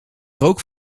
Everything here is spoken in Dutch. rook